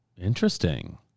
Interesting